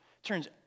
turns